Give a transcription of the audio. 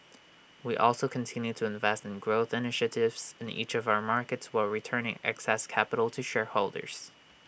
we also continued to invest in growth initiatives in each of our markets while returning excess capital to shareholders